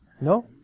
No